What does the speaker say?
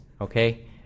okay